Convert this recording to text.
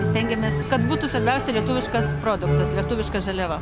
stengiamės kad būtų svarbiausia lietuviškas produktas lietuviška žaliava